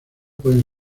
pueden